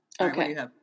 Okay